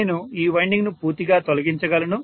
నేను ఈ వైండింగ్ను పూర్తిగా తొలగించగలను